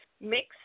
mix